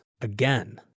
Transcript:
again